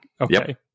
okay